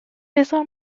بزار